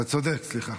אתה צודק, סליחה.